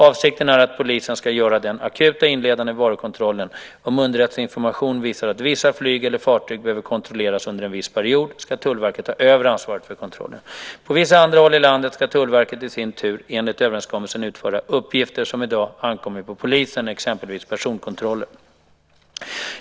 Avsikten är att polisen ska göra den akuta inledande varukontrollen. Om underrättelseinformation visar att vissa flyg eller fartyg behöver kontrolleras under en viss period, ska Tullverket ta över ansvaret för kontrollen. På vissa andra håll i landet ska Tullverket i sin tur enligt överenskommelsen utföra uppgifter som i dag ankommer på polisen, exempelvis personkontroller.